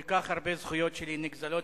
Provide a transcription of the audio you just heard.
כל כך הרבה זכויות שלי נגזלות,